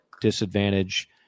disadvantage